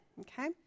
okay